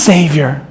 Savior